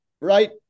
right